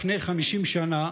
לפני 50 שנה,